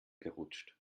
gerutscht